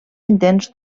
intents